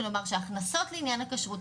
אם המוצר הזה לא עומד בתקן הוא לא כשר.